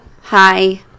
Hi